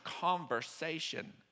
conversation